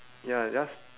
ya just